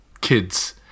kids